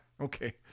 Okay